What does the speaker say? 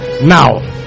now